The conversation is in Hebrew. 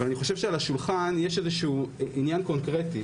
אני חושב שעל השולחן יש איזשהו עניין קונקרטי,